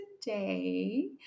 today